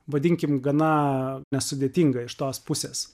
vadinkime gana nesudėtinga iš tos pusės